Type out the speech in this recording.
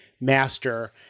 master